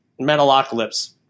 metalocalypse